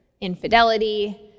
infidelity